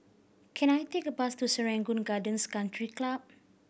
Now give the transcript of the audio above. can I take a bus to Serangoon Gardens Country Club